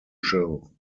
show